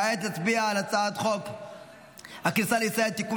כעת נצביע על הצעת חוק הכניסה לישראל (תיקון